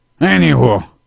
Anywho